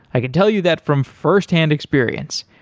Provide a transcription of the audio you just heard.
i can tell you that from firsthand experience.